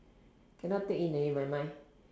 cannot take in already my mind